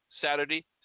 Saturday